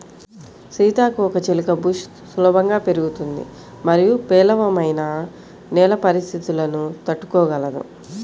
సీతాకోకచిలుక బుష్ సులభంగా పెరుగుతుంది మరియు పేలవమైన నేల పరిస్థితులను తట్టుకోగలదు